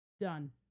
Done